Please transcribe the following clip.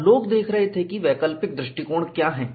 और लोग देख रहे थे कि वैकल्पिक दृष्टिकोण क्या हैं